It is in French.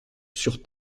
sur